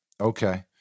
okay